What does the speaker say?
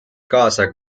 kaasa